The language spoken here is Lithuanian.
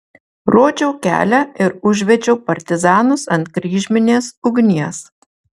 rodžiau kelią ir užvedžiau partizanus ant kryžminės ugnies